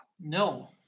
No